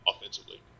offensively